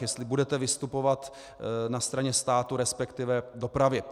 Jestli budete vystupovat na straně státu resp. dopravy.